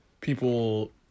people